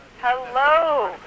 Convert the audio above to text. Hello